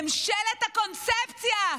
ממשלת הקונספציה.